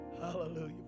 Hallelujah